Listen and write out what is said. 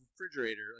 refrigerator